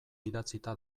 idatzita